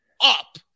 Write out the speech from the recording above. up